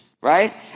right